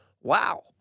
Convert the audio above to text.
Wow